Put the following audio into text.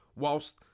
whilst